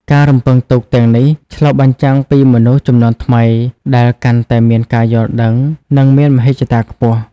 ការរំពឹងទុកទាំងនេះឆ្លុះបញ្ចាំងពីមនុស្សជំនាន់ថ្មីដែលកាន់តែមានការយល់ដឹង និងមានមហិច្ឆតាខ្ពស់។